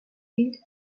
built